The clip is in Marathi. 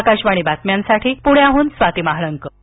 आकाशवाणी बातम्यांसाठी पृण्याहून स्वाती महाळंक पुणे